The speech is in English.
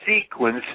sequence